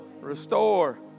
Restore